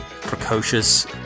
precocious